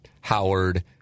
Howard